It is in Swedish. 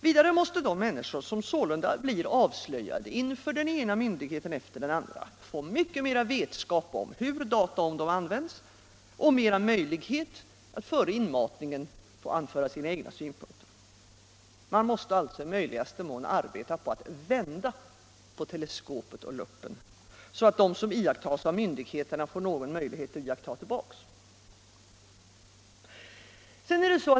Vidare måste de människor som sålunda blir avslöjade inför den ena myndigheten efter den andra få mycket mera vetskap om hur data om dem används och bättre möjligheter att före inmatningen anföra sina egna synpunkter. Man måste i möjligaste mån arbeta på att vända på teleskopet och luppen, så att de som iakttas av myndigheterna får någon möjlighet att iaktta tillbaks.